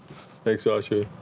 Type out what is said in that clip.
thanks, sasha.